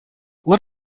let